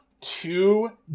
Two